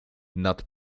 nad